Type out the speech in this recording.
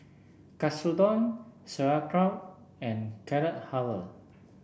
Katsudon Sauerkraut and Carrot Halwa